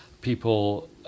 people